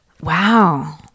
wow